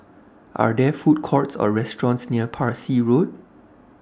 Are There Food Courts Or restaurants near Parsi Road